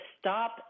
stop